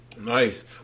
Nice